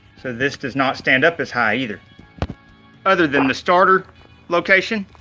so this does not stand up as high either other than the starter location.